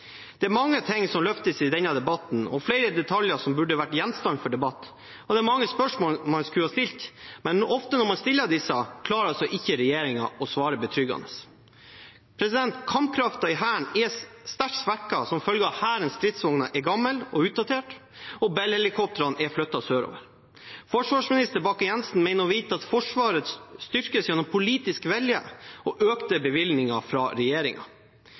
det ikke har vært lagt penger på bordet. Det er mange ting som løftes i denne debatten, og flere detaljer som burde vært gjenstand for debatt. Det er mange spørsmål man skulle ha stilt, men ofte når man stiller disse, klarer ikke regjeringen å svare betryggende. Kampkraften i Hæren er sterkt svekket som følge av at Hærens stridsvogner er gamle og utdaterte og Bell-helikoptrene er flyttet sørover. Forsvarsminister Bakke-Jensen mener å vite at Forsvaret styrkes gjennom politisk vilje og økte bevilgninger fra